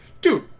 Dude